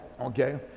okay